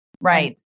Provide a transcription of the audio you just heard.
Right